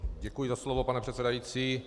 Děkuji za slovo, pane předsedající.